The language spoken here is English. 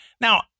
Now